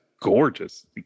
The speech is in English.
gorgeous